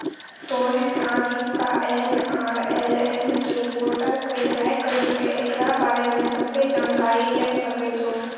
तोहें आजीविका एन.आर.एल.एम के पोर्टल पे जाय करि के एकरा बारे मे सभ्भे जानकारी लै सकै छो